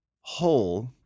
whole